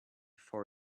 for